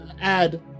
add